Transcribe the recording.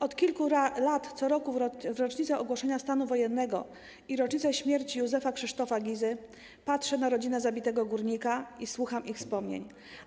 Od kilku lat co roku w rocznicę ogłoszenia stanu wojennego i rocznicę śmierci Józefa Krzysztofa Gizy patrzę na rodzinę zabitego górnika i słucham jej wspomnień.